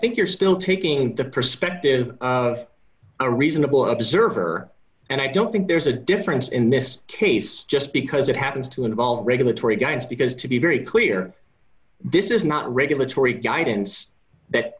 think you're still taking the perspective of a reasonable observer and i don't think there's a difference in this case just because it happens to involve regulatory guidance because to be very clear this is not regulatory guidance that